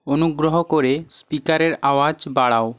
অনুগ্রহ করে স্পিকারের আওয়াজ বাড়াও